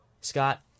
scott